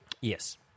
Yes